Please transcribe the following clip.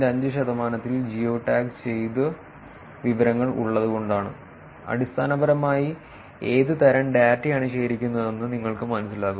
5 ശതമാനത്തിൽ ജിയോടാഗ് ചെയ്ത വിവരങ്ങൾ ഉള്ളതുകൊണ്ടാണ് അടിസ്ഥാനപരമായി ഏത് തരം ഡാറ്റയാണ് ശേഖരിക്കുന്നതെന്ന് നിങ്ങൾക്ക് മനസ്സിലാകും